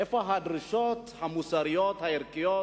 איפה הדרישות המוסריות הערכיות